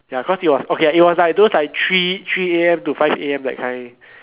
ya cause it was okay it was like those three three A_M to five A_M that kind